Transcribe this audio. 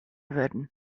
wurden